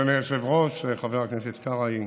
אדוני היושב-ראש, חבר הכנסת קרעי,